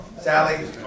Sally